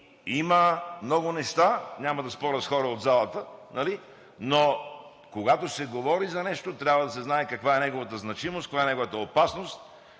от ГЕРБ-СДС.) Няма да споря с хора от залата, нали, но когато се говори за нещо – трябва да се знае каква е неговата значимост, каква е неговата опасност